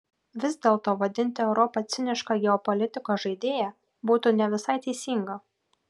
vis dėlto vadinti europą ciniška geopolitikos žaidėja būtų ne visai teisinga